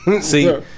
See